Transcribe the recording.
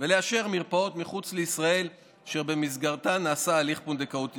ולאשר מרפאות מחוץ לישראל אשר במסגרתן נעשה הליך פונדקאות בישראל.